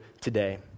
today